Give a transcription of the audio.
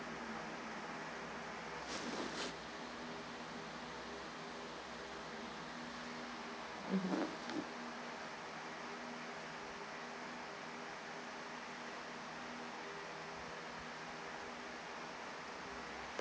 mmhmm